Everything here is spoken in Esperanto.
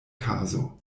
kaso